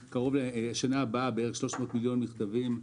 בשנה הבאה יהיו בערך 300 מיליון מכתבים.